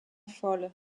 folle